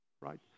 right